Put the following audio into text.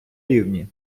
рівні